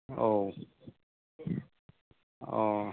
औ अ